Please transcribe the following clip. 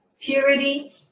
purity